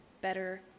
better